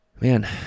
man